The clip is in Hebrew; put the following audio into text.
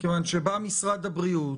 מכיוון שבא משרד הבריאות